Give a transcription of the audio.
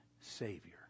Savior